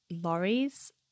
lorries